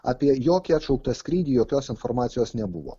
apie jokį atšauktą skrydį jokios informacijos nebuvo